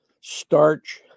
starch